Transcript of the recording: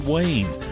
Wayne